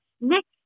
next